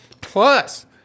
Plus